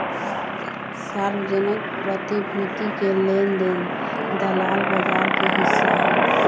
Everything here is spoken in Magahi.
सार्वजनिक प्रतिभूति के लेन देन दलाल बजार के हिस्सा हई